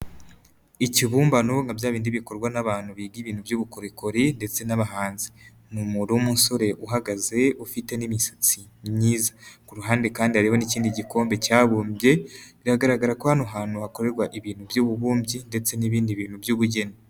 Ikibumbano nka bya bindi bikorwa n'abantu biga ibintu by'ubukorikori ndetse n'abahanzi. Ni umuntu w'umusore uhagaze ufite n'imisatsi myiza. Ku ruhande kandi hari n'ikindi gikombe cyabumbwe ,biragaragara ko hano hantu hakorerwa ibintu by'ububumbyi ndetse n'ibindi bintu by'ubugeni.